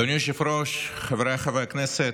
אדוני היושב-ראש, חבריי חברי הכנסת,